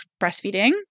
breastfeeding